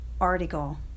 article